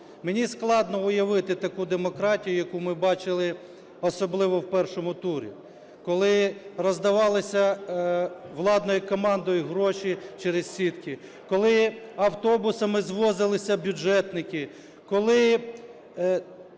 Мені складно уявити таку демократію, яку ми бачили, особливо в першому турі, коли роздавалися владною командою гроші через сітки, коли автобусами завозилися бюджетники, коли